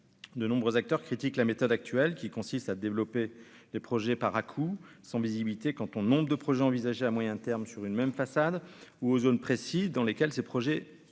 de nombreux acteurs, critique la méthode actuelle qui consiste à développer des projets par à-coups sans visibilité quant au nombre de projets envisagés à moyen terme sur une même façade ou aux zones précis dans lesquelles ces projets pourront